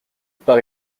pas